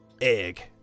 Egg